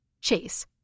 Chase